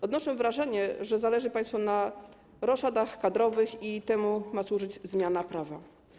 Odnoszę wrażenie, że zależy państwu na roszadach kadrowych i temu ma służyć zmiana prawa.